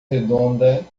redonda